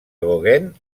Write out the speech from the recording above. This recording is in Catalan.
gauguin